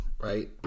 right